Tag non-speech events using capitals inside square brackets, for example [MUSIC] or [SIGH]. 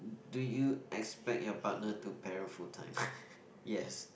do you expect your partner to parent full time [LAUGHS] yes